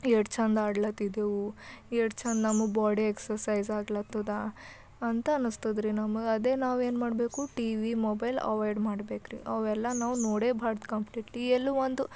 eight ಚೆಂದ ಆಡ್ಲತ್ತಿದ್ದೆವು ಏಟ್ ಚೆಂದ ನಮ್ಮ ಬಾಡಿ ಎಕ್ಸರ್ಸೈಸ್ ಆಗ್ಲತ್ತದ ಅಂತ ಅನ್ನಿಸ್ತದ್ರಿ ನಮಗೆ ಅದೆ ನಾವು ಏನು ಮಾಡಬೇಕು ಟಿವಿ ಮೊಬೈಲ್ ಅವಾಯ್ಡ್ ಮಾಡಬೇಕ್ರಿ ಅವೆಲ್ಲ ನಾವು ನೋಡೆಬಾರ್ದು ಕಂಪ್ಲೀಟ್ ಎಲ್ಲೋ ಒಂದು